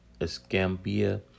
Escambia